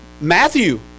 Matthew